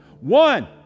One